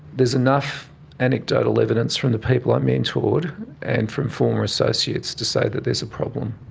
there's enough anecdotal evidence from the people i mentored and from former associates to say that there's a problem.